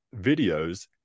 videos